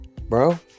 Bro